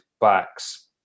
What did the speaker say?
backs